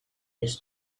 his